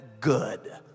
good